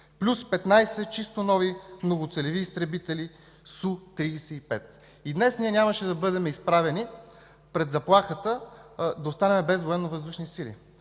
плюс 15 чисто нови многоцелеви изтребители СУ-35. Днес нямаше да бъдем изправени пред заплахата да останем без военновъздушни сили.